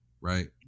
right